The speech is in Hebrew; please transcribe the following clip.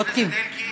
בודקים.